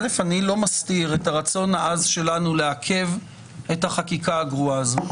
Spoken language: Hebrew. לא מסתיר את הרצון העז שלנו לעכב את החקיקה הגרועה הזאת.